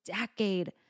decade